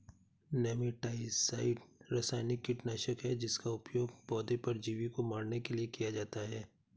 nematicide रासायनिक कीटनाशक है जिसका उपयोग पौधे परजीवी को मारने के लिए किया जाता है